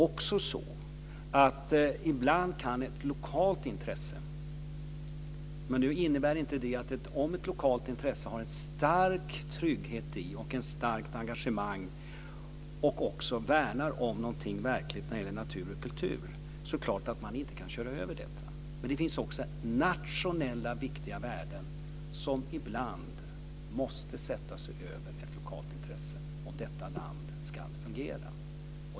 Om sedan ett lokalt intresse har en stark trygghet i och omfattas av ett starkt engagemang och innebär att man värnar någonting verkligt när det gäller naturoch kulturvärden, kan man inte köra över det. Men det finns också nationella viktiga värden som ibland måste sättas över det lokala intresset om detta land ska fungera.